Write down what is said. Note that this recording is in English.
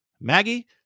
Maggie